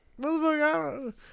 Motherfucker